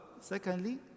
Secondly